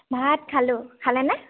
ভাত খালোঁ খালেনে